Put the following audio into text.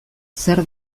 zer